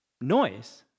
noise